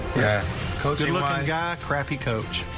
yeah coach. and but i got a crappy coach.